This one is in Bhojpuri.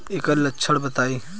एकर लक्षण बताई?